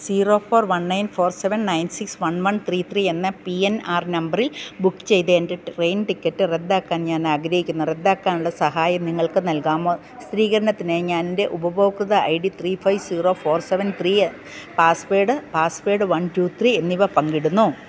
zero four one nine four seven nine six one one three three എന്ന P N R നമ്പറിൽ book ചെയ്ത എൻ്റെ train ticket റദ്ദാക്കാൻ ഞാൻ ആഗ്രഹിക്കുന്നു റദ്ദാക്കാനുള്ള സഹായം നിങ്ങൾക്ക് നൽകാമോ സ്ഥിരീകരണത്തിനായി ഞാനെൻ്റെ ഉപഭോക്തൃ I D three five zero four seven three password password one two three എന്നിവ പങ്കിടുന്നു